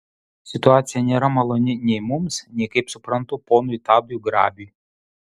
situacija nėra maloni nei mums nei kaip suprantu ponui tadui grabiui